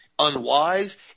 unwise